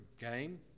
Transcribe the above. game